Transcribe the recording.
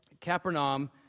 Capernaum